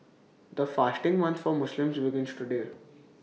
the fasting month for Muslims begins today